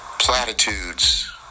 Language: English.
platitudes